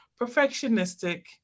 perfectionistic